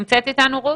מעולה.